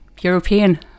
European